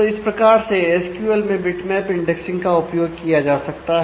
तो इस प्रकार से एसक्यूएल में बिटमैप इंडेक्सिंग का उपयोग किया जा सकता है